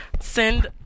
send